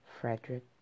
Frederick